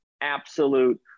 absolute